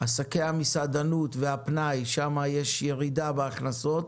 עסקי המסעדנות והפנאי - שם יש ירידה בהכנסות.